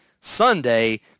Sunday